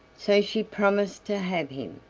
so she promised to have him,